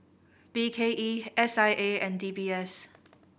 B K E S I A and D B S